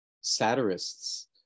satirists